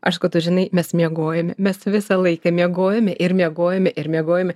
aš sakau tu žinai mes miegojome mes visą laiką miegojome ir miegojome ir miegojome